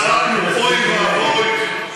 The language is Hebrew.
זעקנו: אוי ואבוי?